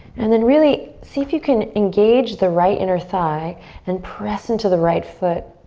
and then really see if you can engage the right inner thigh and press into the right foot.